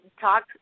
talk